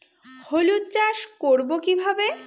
হলুদ চাষ করব কিভাবে?